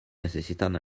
necesitan